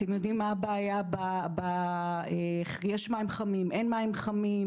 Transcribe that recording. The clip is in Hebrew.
אתם יודעים מה הבעיה - אם יש מים חמים או אין מים חמים,